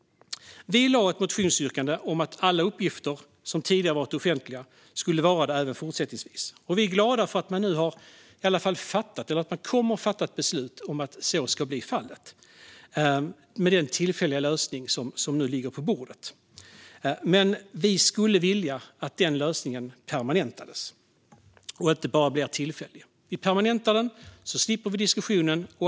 Vi lade fram ett motionsyrkande om att alla uppgifter som tidigare varit offentliga ska vara det även fortsättningsvis. Vi är glada för att man nu har fattat eller i alla fall kommer att fatta ett beslut om att så ska vara fallet, med den tillfälliga lösning som nu ligger på bordet, men vi skulle vilja att denna lösning permanentas och inte bara blir tillfällig. Vi permanentar den så slipper vi diskussionen.